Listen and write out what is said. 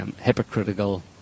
hypocritical